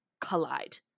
collide